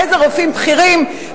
איזה רופאים בכירים,